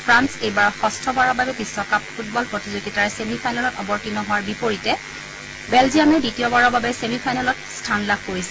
France এইবাৰ যঠ্ঠবাৰৰ বাবে বিশ্বকাপ ফুটবল প্ৰতিযোগিতাৰ ছেমি ফাইনেলত অৱতীৰ্ণ হোৱাৰ বিপৰীতে বেলজিয়ামে দ্বিতীয়বাৰৰ বাবে ছেমি ফাইনেলত স্থান লাভ কৰিছে